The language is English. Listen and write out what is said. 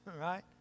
right